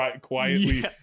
quietly